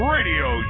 Radio